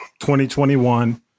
2021